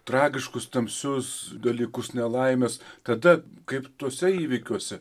tragiškus tamsius dalykus nelaimes tada kaip tuose įvykiuose